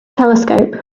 telescope